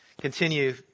continue